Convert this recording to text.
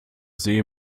sehe